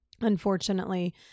unfortunately